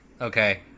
Okay